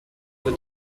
doit